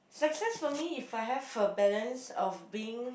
success for me if I have a balance of being